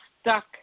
stuck